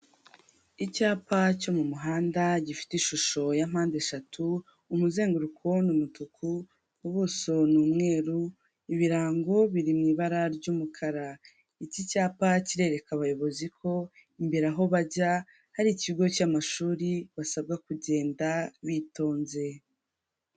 Icyapa cyo mu muhanda gifite ishusho ya mpande eshatu, umuzenguruko ni umutuku, ubuso ni umweru, ibirango biri mu ibara ry'umukara. Iki cyapa kirereka abayobozi ko imbere aho bajya hari ikigo cy'amashuri basabwa kugenda bitonze.